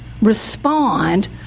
respond